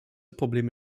probleme